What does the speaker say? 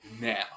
now